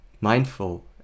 mindful